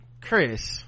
chris